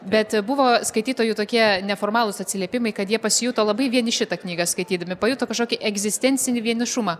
bet buvo skaitytojų tokie neformalūs atsiliepimai kad jie pasijuto labai vieniši tą knygą skaitydami pajuto kažkokį egzistencinį vienišumą